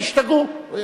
תשתגעו.